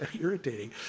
irritating